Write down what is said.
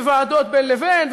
וועדות בין לבין,